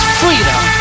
freedom